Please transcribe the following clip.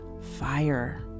fire